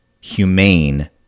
humane